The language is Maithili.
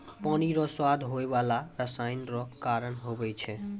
पानी रो स्वाद होय बाला रसायन रो कारण हुवै छै